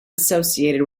associated